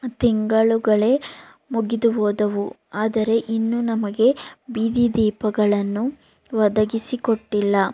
ತಿಂಗಳುಗಳೇ ಮುಗಿದು ಹೋದವು ಆದರೆ ಇನ್ನೂ ನಮಗೆ ಬೀದಿ ದೀಪಗಳನ್ನು ಒದಗಿಸಿ ಕೊಟ್ಟಿಲ್ಲ